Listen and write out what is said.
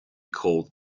called